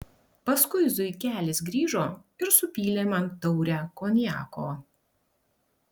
paskui zuikelis grįžo ir supylė man taurę konjako